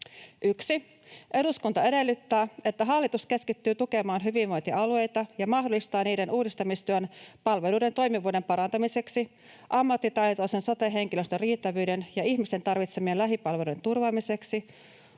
”1) Eduskunta edellyttää, että hallitus keskittyy tukemaan hyvinvointialueita ja mahdollistaa niiden uudistamistyön palveluiden toimivuuden parantamiseksi ja ammattitaitoisen sote-henkilöstön riittävyyden ja ihmisten tarvitsemien lähipalvelujen turvaamiseksi